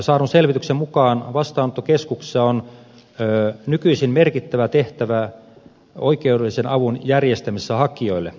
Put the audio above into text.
saadun selvityksen mukaan vastaanottokeskuksilla on nykyisin merkittävä tehtävä oikeudellisen avun järjestämisessä hakijoille